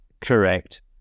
Correct